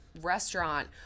restaurant